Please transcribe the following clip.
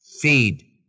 feed